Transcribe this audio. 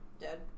dead